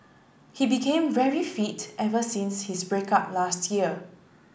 he became very fit ever since his break up last year